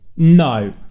no